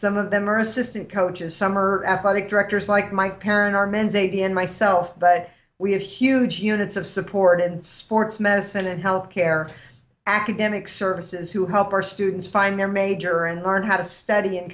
some of them are assistant coaches some are athletic directors like my parent are men's a b n myself but we have huge units of support and sports medicine and health care academic services who help our students find their major and learn how to study in